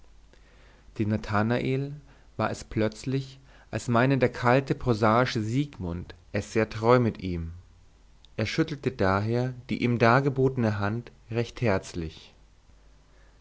dem nathanael war es plötzlich als meine der kalte prosaische siegmund es sehr treu mit ihm er schüttelte daher die ihm dargebotene hand recht herzlich